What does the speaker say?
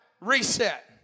reset